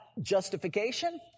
justification